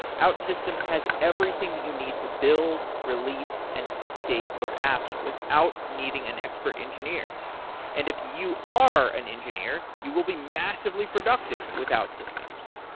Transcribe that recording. outsystems has everything that you need to build, release and update your apps without needing an expert engineer and if you are an engineer, you will be massively productive with outsystems.